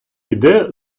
іде